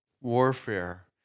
warfare